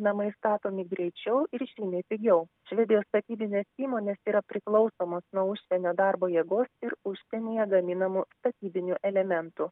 namai statomi greičiau ir žymiai pigiau švedijos statybinės įmonės yra priklausomos nuo užsienio darbo jėgos ir užsienyje gaminamų statybinių elementų